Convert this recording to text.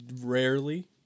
rarely